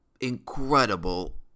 Incredible